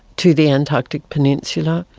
to the antarctic peninsula,